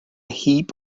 heap